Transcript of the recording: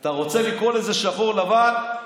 אתה רוצה לקרוא לזה שחור לבן?